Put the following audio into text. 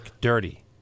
dirty